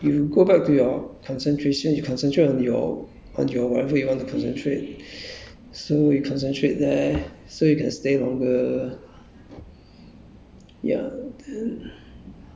like you are thinking to come back and then you you you you go back to your concentration you concentrate on your on your whatever you want to concentrate so you concentrate there so you can stay longer